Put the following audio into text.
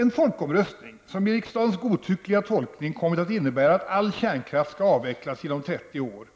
En folkomröstning, som i riksdagens godtyckliga tolkning kommit att innebära att all kärnkraft skall avvecklas inom 30 år,